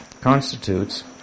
constitutes